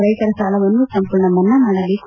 ರೈತರ ಸಾಲವನ್ನು ಸಂಪೂರ್ಣ ಮನ್ನಾ ಮಾಡಬೇಕು